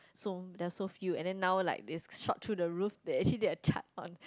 so there is so few and then now like is shot through the roof there actually is a chart on